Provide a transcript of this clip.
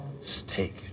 steak